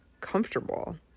comfortable